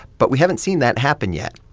but we haven't seen that happen yet,